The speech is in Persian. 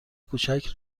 کوچک